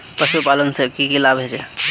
पशुपालन से की की लाभ होचे?